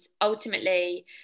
ultimately